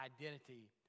identity